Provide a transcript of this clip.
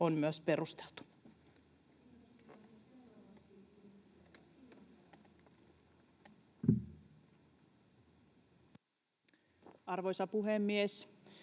Arvoisa puhemies!